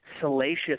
salacious